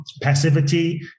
passivity